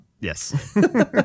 Yes